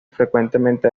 frecuentemente